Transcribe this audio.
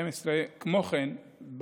כמו כן,